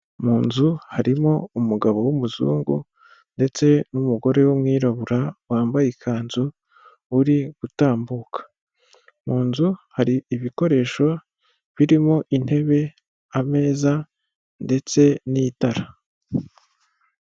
Mu nzu harimo umugabo w'umuzungu ndetse n'umugore w'umwirabura, wambaye ikanzu uri gutambuka. Mu nzu hari ibikoresho birimo; intebe ,ameza, ndetse n'itara.